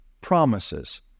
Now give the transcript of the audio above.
promises